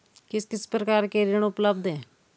किस किस प्रकार के ऋण उपलब्ध हैं?